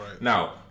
Now